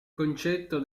concetto